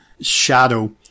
shadow